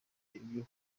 ibyo